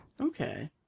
Okay